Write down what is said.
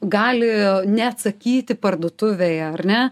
gali neatsakyti parduotuvėje ar ne